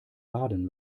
baden